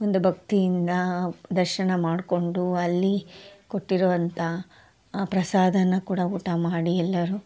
ಒಂದು ಭಕ್ತಿಯಿಂದ ದರ್ಶನ ಮಾಡ್ಕೊಂಡು ಅಲ್ಲಿ ಕೊಟ್ಟಿರುವಂಥಾ ಪ್ರಸಾದನ್ನ ಕೂಡ ಊಟ ಮಾಡಿ ಎಲ್ಲರು